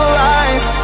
lies